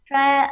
Try